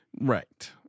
Right